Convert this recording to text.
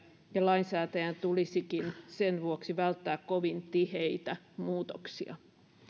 ja lainsäätäjän tulisikin sen vuoksi välttää kovin tiheitä muutoksia